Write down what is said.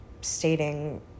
stating